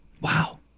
Wow